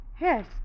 Yes